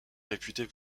réputée